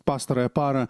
pastarąją parą